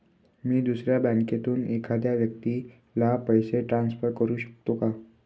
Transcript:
मी दुसऱ्या बँकेतून एखाद्या व्यक्ती ला पैसे ट्रान्सफर करु शकतो का?